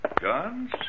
Guns